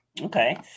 Okay